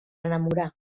enamorar